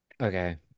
Okay